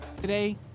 Today